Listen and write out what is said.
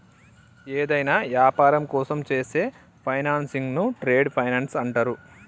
యేదైనా యాపారం కోసం చేసే ఫైనాన్సింగ్ను ట్రేడ్ ఫైనాన్స్ అంటరు